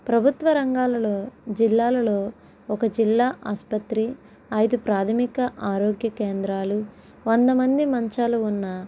ప్రభుత్వ రంగాలలో జిల్లాల్లో ఒక జిల్లా ఆసుపత్రి ఐదు ప్రాథమిక ఆరోగ్య కేంద్రాలు వందమంది మంచాలు ఉన్న